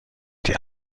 die